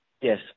Yes